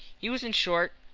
he was, in short,